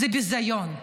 זה ביזיון.